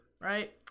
right